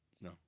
No